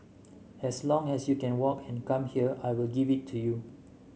as long as you can walk and come here I will give it to you